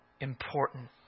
important